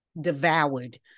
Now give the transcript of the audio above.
devoured